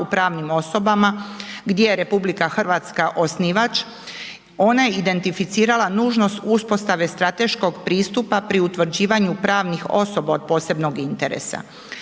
u pravnim osobama gdje je RH osnivač. Ona je identificirala nužnost uspostave strateškog pristupa pri utvrđivanju pravnih osoba od posebnog interesa.